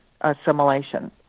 assimilation